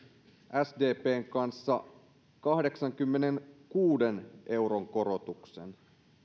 sdpn kanssa kahdeksankymmenenkuuden euron korotuksen